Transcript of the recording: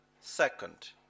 second